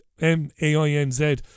M-A-I-N-Z